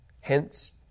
Hence